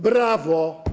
Brawo!